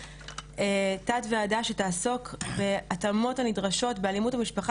תת ועדה שתעסוק בהתאמות הנדרשות באלימות במשפחה